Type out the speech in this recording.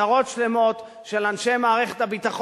לסיום אני אומר שהגיע הזמן שלא נגלגל עיניים